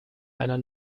einer